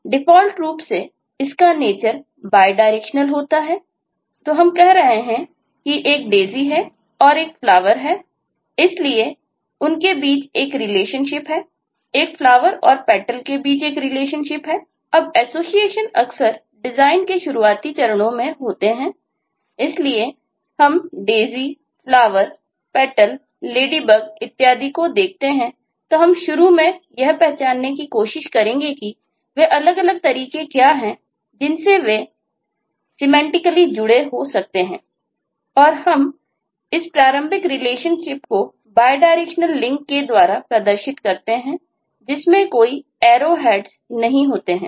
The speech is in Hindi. तो हम कह रहे हैं कि एक Daisy है और एक Flower है इसलिए उनके बीच एक रिलेशनशिप नहीं होते है